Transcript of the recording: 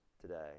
today